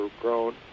grown